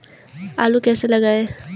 आलू कैसे लगाएँ?